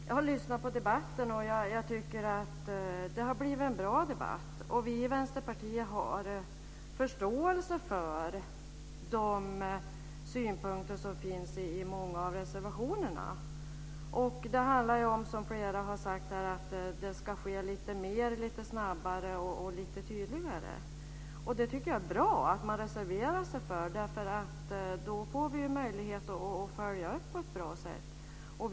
Jag har lyssnat på debatten, och jag tycker att det har blivit en bra debatt. Vi i Vänsterpartiet har förståelse för de synpunkter som finns i många av reservationerna. Det handlar, som flera har sagt här, om att det ska ske lite mer lite snabbare och lite tydligare. Det är bra att man reserverar sig för det, tycker jag. Då får vi ju möjlighet att följa upp det på ett bra sätt.